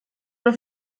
nur